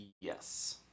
Yes